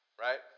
right